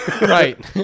right